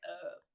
up